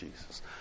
Jesus